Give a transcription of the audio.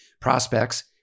prospects